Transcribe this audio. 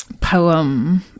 poem